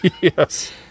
Yes